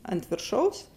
ant viršaus